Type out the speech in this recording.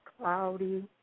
cloudy